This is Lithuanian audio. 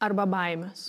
arba baimės